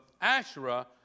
Asherah